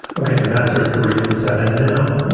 ok, the mets are three and seven. now,